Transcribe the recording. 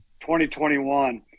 2021